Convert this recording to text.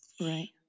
Right